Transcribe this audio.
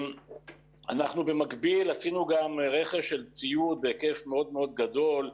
אנחנו במקביל עשינו גם רכש של ציוד בהיקף מאוד מאוד גדול,